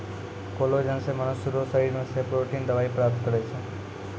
collagen से मनुष्य रो शरीर से प्रोटिन दवाई प्राप्त करै छै